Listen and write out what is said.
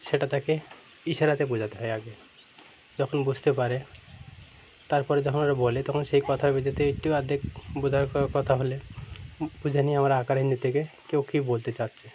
সেটা তাকে ইশারাতে বোঝাতে হয় আগে যখন বুঝতে পারে তারপরে যখন ও বলে তখন সেই কথার ভিত্তিতে একটু আধটু বোঝার কথা হলে বুঝে নিয়ে আমার আকার হিন্দি থেকে কেউ কী বলতে চাচ্ছে